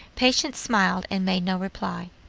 patience smiled and made no reply.